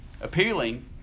appealing